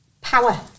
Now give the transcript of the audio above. power